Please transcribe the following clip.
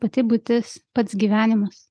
pati būtis pats gyvenimas